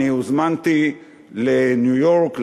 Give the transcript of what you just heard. הוזמנתי לניו-יורק,